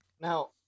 Now